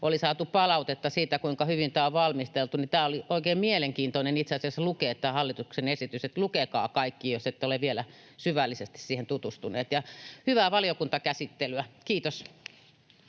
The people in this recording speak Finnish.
oli saatu palautetta siitä, kuinka hyvin tämä on valmisteltu, ja oli itse asiassa oikein mielenkiintoista lukea tämä hallituksen esitys. Lukekaa kaikki, jos ette ole vielä syvällisesti siihen tutustuneet. — Hyvää valiokuntakäsittelyä. Kiitos.